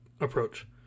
approach